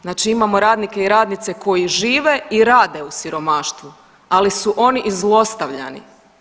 Znači imamo radnike i radnice koji žive i rade u siromaštvu, ali su oni i zlostavljani.